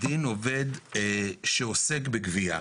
ינוסח דין עובד שעוסק בגבייה.